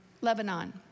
Lebanon